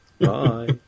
Bye